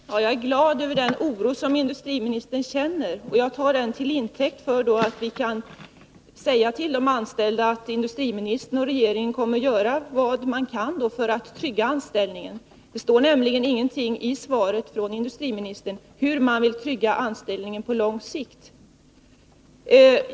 Herr talman! Jag är glad över den oro som industriministern känner, och jag tar den till intäkt för att vi kan säga till de anställda att industriministern och regeringen kommer att göra vad de kan för att trygga anställningen. Det står nämligen ingenting i svaret från industriministern om hur man vill trygga anställningen på lång sikt.